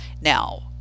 Now